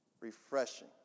refreshing